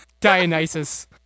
Dionysus